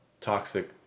toxic